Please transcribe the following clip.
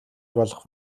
болох